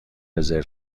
رزرو